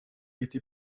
été